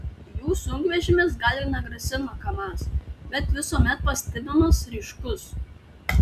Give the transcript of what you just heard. jų sunkvežimis gal ir negrasina kamaz bet visuomet pastebimas ryškus